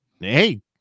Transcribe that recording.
hey